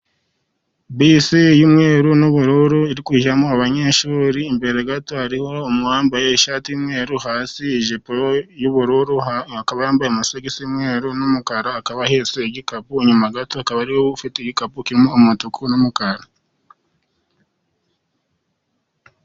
Bisi yumweru n'ubururu iri kujyamo abanyeshuri imbere gato hariho uwambaye ishati y'umweru hasi ijipo y'ubururu akaba yambaye amasogi yumweru n'umukara akaba ahetse igikapu inyuma gato akaba ari we ufite igikapu kirimo umutuku n'umukara.